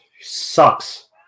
sucks